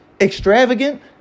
extravagant